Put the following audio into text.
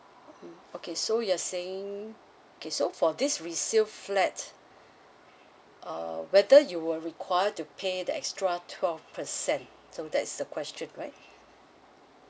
mm okay so you're saying okay so for this resale flat uh whether you will require to pay the extra twelve percent so that's the question right